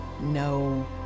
no